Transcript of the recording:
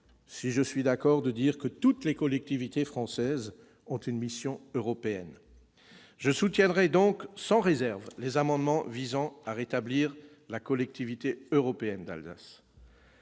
si je suis d'accord pour dire que toutes les collectivités françaises ont une mission européenne. Je soutiendrai donc sans réserve les amendements visant à rétablir l'intitulé :« Collectivité européenne d'Alsace